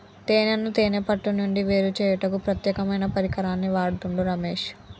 తేనెను తేనే పట్టు నుండి వేరుచేయుటకు ప్రత్యేకమైన పరికరాన్ని వాడుతుండు రమేష్